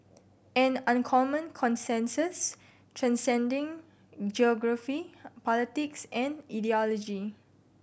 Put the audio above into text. an uncommon consensus transcending geography politics and ideology